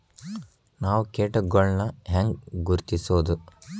ನಾವ್ ಕೇಟಗೊಳ್ನ ಹ್ಯಾಂಗ್ ಗುರುತಿಸೋದು?